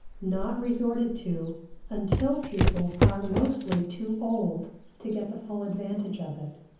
not resorted to until pupils are mostly too old to get the full advantage of it,